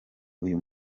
uyu